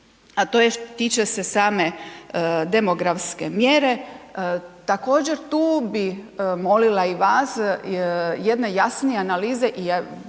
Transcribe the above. a to je tiče se same demografske mjere, također tu bi molila i vas jedne jasnije analize i